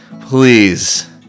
please